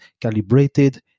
calibrated